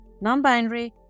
non-binary